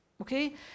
okay